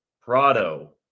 Prado